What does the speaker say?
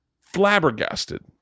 flabbergasted